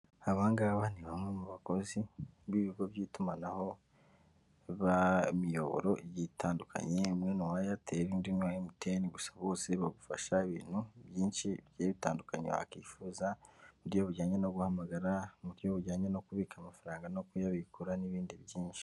Aba ngaba ni bamwe mu bakozi b'ibigo by'itumanaho b'imiyoboro igiye itandukanye, umwe ni uw'Airtel undi ni uwa MTN, gusa bose bagufasha ibintu byinshi bigiye bitandukanye wakifuza, uburyo bujyanye no guhamagara, uburyo bujyanye no kubika amafaranga no kuyabikura n'ibindi byinshi.